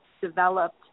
developed